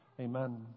Amen